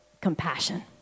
compassion